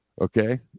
okay